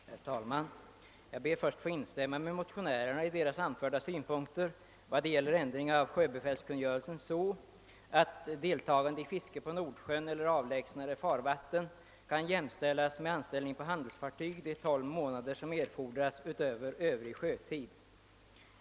Herr talman! Jag ber att först få instämma i motionärernas anförda synpunkter vad gäller ändring av sjöbefälskungörelsen så, att deltagande i fiske på Nordsjön eller i avlägsnare farvatten kan jämställas med anställning på handelsfartyg de tolv månader som erfordras utöver övrig sjötid.